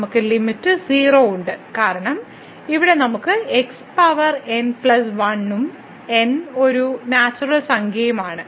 നമുക്ക് ലിമിറ്റ് 0 ഉണ്ട് കാരണം ഇവിടെ നമുക്ക് x പവർ n പ്ലസ് 1 ഉം n ഒരു നാച്ചുറൽ സംഖ്യയുമാണ്